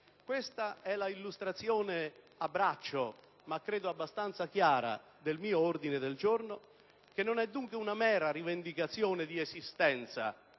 Questa è l'illustrazione a braccio, ma credo abbastanza chiara, dell'ordine del giorno a mia firma, che non è dunque una mera rivendicazione di esistenza,